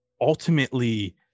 ultimately